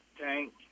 tank